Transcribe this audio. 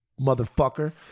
motherfucker